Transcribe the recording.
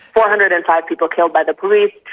four hundred and five people killed by the police,